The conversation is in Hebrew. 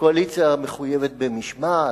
קואליציה מחויבת במשמעת,